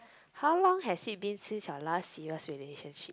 how long has it been since your last serious relationship